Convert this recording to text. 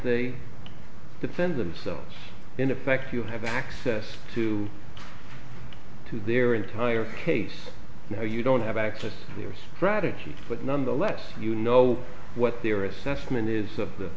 they defend themselves in effect you have access to to their entire case now you don't have access to their strategy but nonetheless you know what their assessment is of the